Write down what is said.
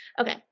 Okay